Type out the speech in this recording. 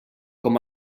com